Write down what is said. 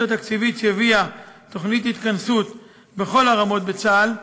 התקציבית שהביאה תוכנית ההתכנסות בכל הרמות בצה"ל,